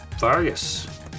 Vargas